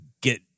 get